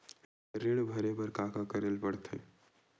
ऋण भरे बर का का करे ला परथे?